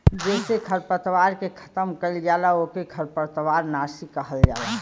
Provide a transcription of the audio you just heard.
जेसे खरपतवार के खतम कइल जाला ओके खरपतवार नाशी कहल जाला